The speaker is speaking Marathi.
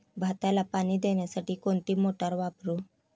भाताला पाणी देण्यासाठी कोणती मोटार वापरू?